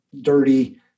dirty